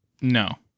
No